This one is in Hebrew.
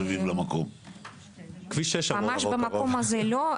במקום הזה לא.